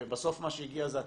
בסוף מה שהגיע זה הטפטוף.